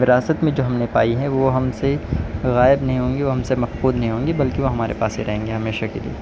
وراثت میں جو ہم نے پائی ہے وہ ہم سے غائب نہیں ہوں گی وہ ہم سے مفقود نہیں ہوں گی بلکہ وہ ہمارے پاس ہی رہیں گے ہمیشہ کے لیے